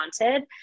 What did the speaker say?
wanted